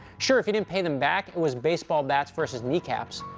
sure, if you didn't pay them back, it was baseball bats versus kneecaps.